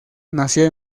nació